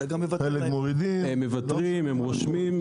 הם מוותרים, הם רושמים.